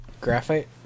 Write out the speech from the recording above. Graphite